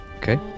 Okay